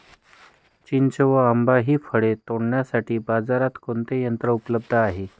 चिंच व आंबा हि फळे तोडण्यासाठी बाजारात कोणते यंत्र उपलब्ध आहे?